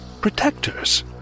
protectors